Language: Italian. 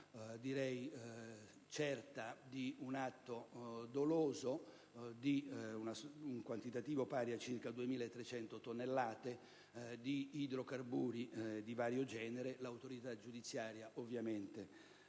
direi certamente di natura dolosa - di un quantitativo pari a circa 2.300 tonnellate di idrocarburi di vario genere. L'autorità giudiziaria sta